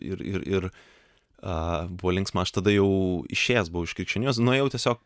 ir ir a buvo linksma aš tada jau išėjęs buvo iš krikščionybės nuėjau tiesiog